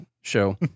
show